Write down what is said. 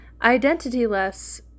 Identityless